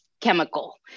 chemical